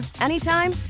anytime